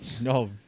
No